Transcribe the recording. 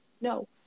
No